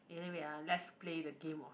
eh wait ah let's play the game of